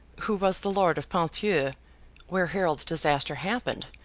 who was the lord of ponthieu where harold's disaster happened,